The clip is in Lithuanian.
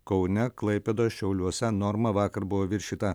kaune klaipėdoj šiauliuose norma vakar buvo viršyta